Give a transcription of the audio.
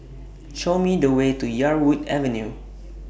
Show Me The Way to Yarwood Avenue